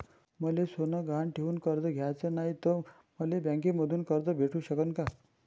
मले सोनं गहान ठेवून कर्ज घ्याचं नाय, त मले बँकेमधून कर्ज भेटू शकन का?